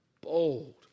bold